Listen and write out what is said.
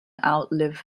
outlive